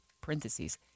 parentheses